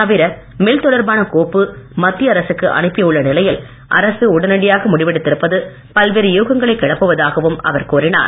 தவிர மில் தொடர்பான கோப்பு மத்திய அரசுக்கு அனுப்பி உள்ள நிலையில் அரசு உடனடியாக முடிவெடுத்திருப்பது பல்வேறு யூகங்களை கிளப்புவதாகவும் அவர் கூறினார்